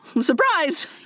Surprise